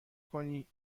کنی